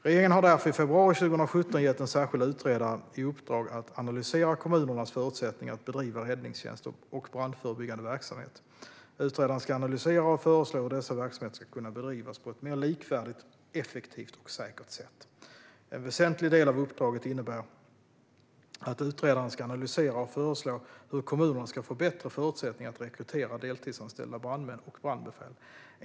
Regeringen gav därför i februari 2017 en särskild utredare i uppdrag att analysera kommunernas förutsättningar att bedriva räddningstjänst och brandförebyggande verksamhet. Utredaren ska analysera och föreslå hur dessa verksamheter ska kunna bedrivas på ett mer likvärdigt, effektivt och säkert sätt. En väsentlig del av uppdraget innebär att utredaren ska analysera och föreslå hur kommunerna ska få bättre förutsättningar att rekrytera deltidsanställda brandmän och brandbefäl.